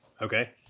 Okay